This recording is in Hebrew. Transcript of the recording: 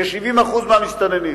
כ-70% מהמסתננים.